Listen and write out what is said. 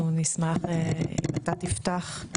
אנחנו נשמח אם אתה תפתח,